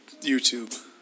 YouTube